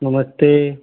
नमस्ते